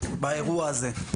באירוע הזה.